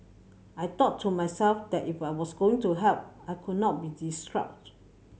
I thought to myself that if I was going to help I could not be distraught